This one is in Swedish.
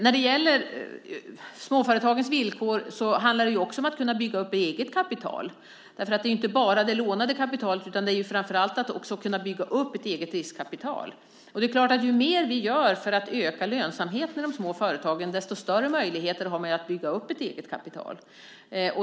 När det gäller småföretagens villkor handlar det också om att kunna bygga upp eget kapital. Det handlar ju inte bara om det lånade kapitalet, utan det handlar framför allt om att kunna bygga upp ett eget riskkapital. Och det är klart att ju mer vi gör för att öka lönsamheten i de små företagen, desto större möjligheter har de att bygga upp ett eget kapital.